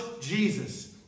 Jesus